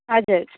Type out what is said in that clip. हजुर